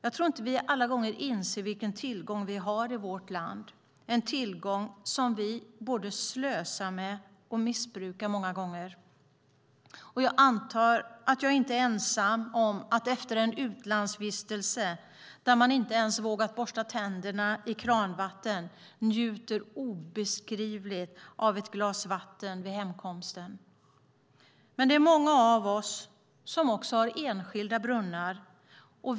Vi inser inte alla gånger vilken tillgång vi har i vårt land. Det är en tillgång som vi både slösar med och många gånger missbrukar. Jag antar att jag inte är ensam om att efter en utlandsvistelse, där man inte ens vågat borsta tänderna i kranvattnet, njuter obeskrivligt av ett glas vatten vid hemkomsten. Många av oss har enskilda brunnar.